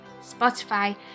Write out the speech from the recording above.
Spotify